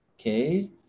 Okay